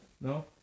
no